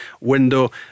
window